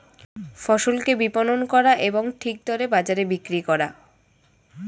ফসলকে বিপণন করা এবং ঠিক দরে বাজারে বিক্রি করা